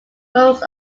most